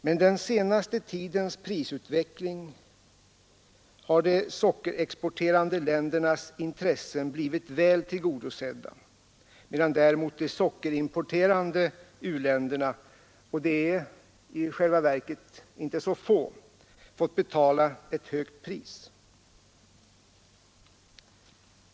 Med den senaste tidens prisutveckling har de sockerexporterande ländernas intressen blivit väl tillgodosedda, medan däremot de sockerimporterande u-länderna — och de är inte så få — fått betala ett högt pris.